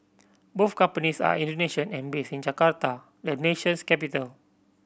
both companies are Indonesian and based in Jakarta the nation's capital